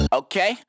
okay